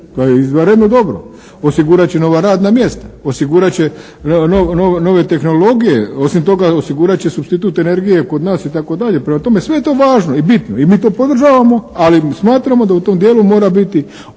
to je izvanredno dobro, osigurat će nova radna mjesta, osigurat će nove tehnologije, osim toga osigurat će supstitut energije kod nas itd., prema tome sve je to važno i bitno i mi to podržavamo, ali smatramo da u tom dijelu mora biti